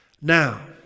Now